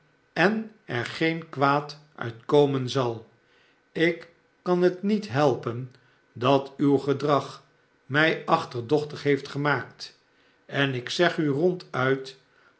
en er geen kwaad uit komen zal ik kan het niet helpen dat uw gedrag mij achterdochtig heeft gemaakt en ik zeg u ronduit